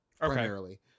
primarily